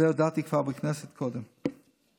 את זה הודעתי בכנסת כבר קודם.